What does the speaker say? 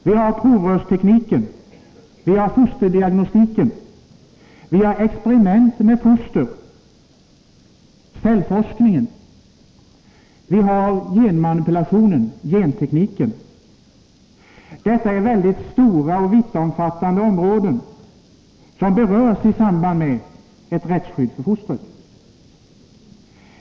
Även provrörstekniken och fosterdiagnostiken, experiment med foster, cellforskning, genmanipulation och genteknik är stora och vittomfattande områden som berörs i samband med frågan om ett rättsskydd för fostret.